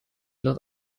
dat